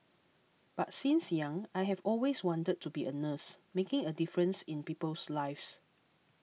but since young I have always wanted to be a nurse making a difference in people's lives